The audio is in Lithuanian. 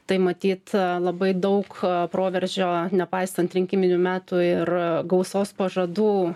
tai matyt labai daug proveržio nepaisant rinkiminių metų ir gausos pažadų